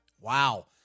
Wow